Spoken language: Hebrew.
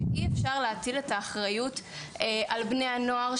שאי אפשר להטיל את האחריות על בני הנוער,